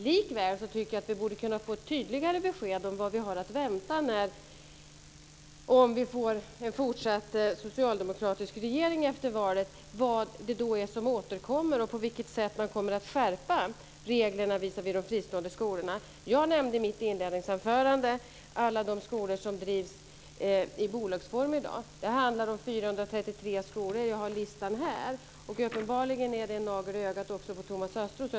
Likväl tycker jag att vi borde kunna få ett tydligare besked om vad vi har att vänta om vi får en fortsatt socialdemokratisk regering efter valet. Vad är det då som återkommer, och på vilket sätt kommer man att skärpa reglerna visavi de fristående skolorna? Jag nämnde i mitt inledningsanförande alla de skolor som drivs i bolagsform i dag. Det handlar om 433 skolor - jag har listan här. Uppenbarligen är det en nagel i ögat också på Thomas Östros.